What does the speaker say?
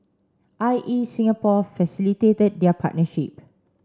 I E Singapore facilitated their partnership